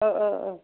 अ अ अ